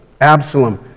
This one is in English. Absalom